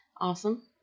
Awesome